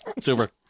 super